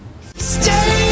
Stay